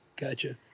Gotcha